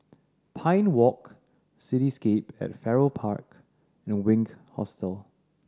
Pine Walk Cityscape at Farrer Park and Wink Hostel